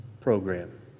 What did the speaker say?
program